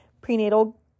prenatal